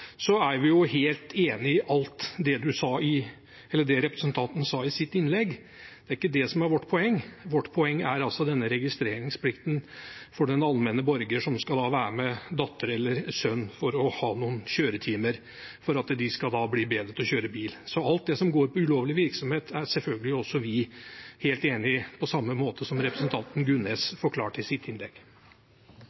er vi helt enig i alt det representanten sa i sitt innlegg. Det er ikke det som er vårt poeng. Vårt poeng er denne registreringsplikten for den allmenne borger som skal være med datter eller sønn og ha noen kjøretimer for at de skal bli bedre til å kjøre bil. Alt det som går på ulovlig virksomhet, er selvfølgelig også vi helt enig i, på samme måte som representanten Gunnes